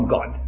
God